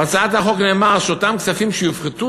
בהצעת החוק נאמר שאותם כספים שיופחתו